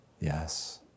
Yes